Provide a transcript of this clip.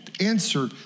answer